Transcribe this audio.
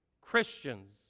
Christians